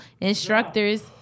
Instructors